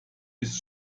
ist